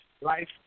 life